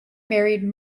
married